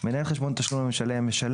"מנהל חשבון תשלום למשלם",